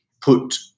put